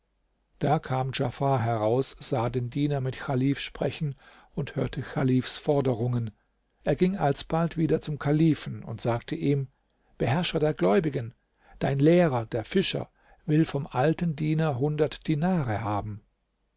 da kam djafar heraus sah den diener mit chalif sprechen und hörte chalifs forderungen er ging alsbald wieder zum kalifen und sagte ihm beherrscher der gläubigen dein lehrer der fischer will vom alten diener hundert dinare haben